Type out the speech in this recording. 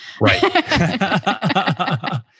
Right